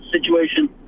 situation